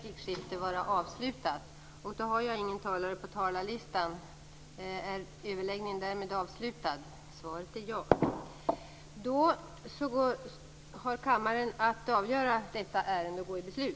Under detta moment fjärde delssatsen förslogs överlåtelse av beslutanderätt till EG-domstolen, vilket krävde att beslut fattades antingen med tre fjärdedels majoritet eller i den ordning som gäller för stiftande av grundlag.